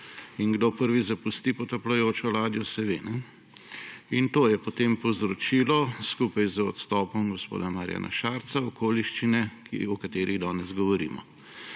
Kdo prvi zapusti potapljajočo se ladjo, se ve. To je potem povzročilo skupaj z odstopom gospoda Marjana Šarca okoliščine, o katerih danes govorimo.